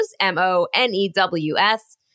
M-O-N-E-W-S